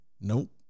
nope